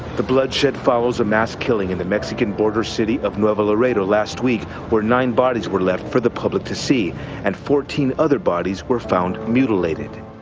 the bloodshed follows a mass killing in the mexican border city of nuevo laredo last week where nine bodies were left for the public to see and fourteen other bodies were found mutilated.